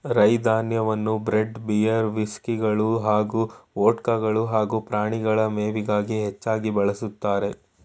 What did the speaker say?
ರೈ ಧಾನ್ಯವನ್ನು bread beer ವಿಸ್ಕಿಗಳು ಹಾಗೂ ವೊಡ್ಕಗಳು ಹಾಗೂ ಪ್ರಾಣಿಗಳ ಮೇವಿಗಾಗಿ ಹೆಚ್ಚಾಗಿ ಬಳಸ್ತಾರೆ